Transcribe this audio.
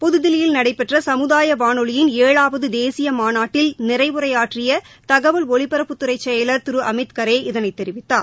புதுதில்லியில் நடைபெற்ற சமுதாய வானொலியின் ஏழாவது தேசிய மாநாட்டில் நிறைவுரையாற்றிய தகவல் ஒலிபரப்புத்துறை செயலர் திரு அமித்கரே இதனைத் தெரிவித்தார்